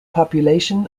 population